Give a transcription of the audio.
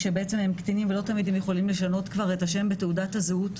כשבעצם הם קטינים ולא תמיד הם יכולים לשנות כבר את השם בתעודת הזהות.